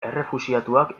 errefuxiatuak